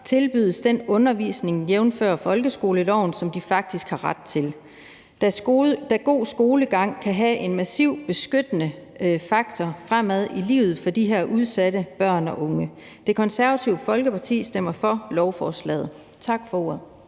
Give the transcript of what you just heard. tilbydes den undervisning, jævnfør folkeskoleloven, som de faktisk har ret til, da en god skolegang kan være en massiv beskyttende faktor fremad i livet for de her udsatte børn og unge. Det Konservative Folkeparti stemmer for lovforslagene. Tak for ordet.